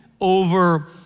over